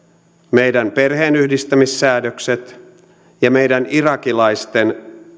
meidän perheenyhdistämissäädökset ja meidän irakilaisten